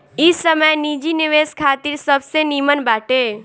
इ समय निजी निवेश खातिर सबसे निमन बाटे